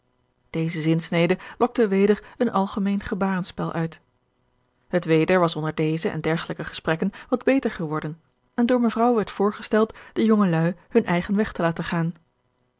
deze zinsnede lokte weder een algemeen gebarenspel uit het weder was onder deze en dergelijke gesprekken wat beter geworden en door mevrouw werd voorgesteld de jongeluî hun eigen weg te laten gaan